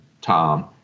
Tom